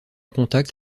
contact